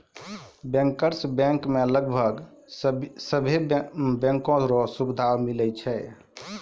bankers bank मे लगभग सभे बैंको रो सुविधा मिलै छै